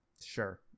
sure